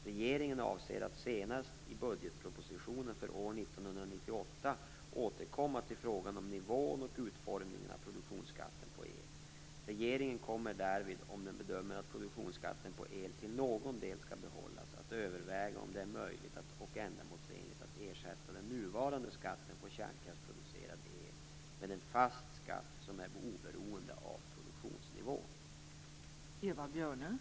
Regeringen avser att senast i budgetropositionen för år 1998 återkomma till frågan om nivån och utformningen av produktionsskatten på el. Regeringen kommer därvid, om den bedömer att produktionsskatten på el till någon del skall behållas, att överväga om det är möjligt och ändamålsenligt att ersätta den nuvarande skatten på kärnkraftsproducerad el med en fast skatt som är oberoende av produktionsnivån.